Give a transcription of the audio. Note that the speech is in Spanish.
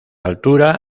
altura